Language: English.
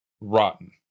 Rotten